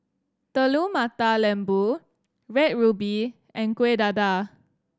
Telur Mata Lembu Red Ruby and Kueh Dadar